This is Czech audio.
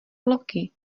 loki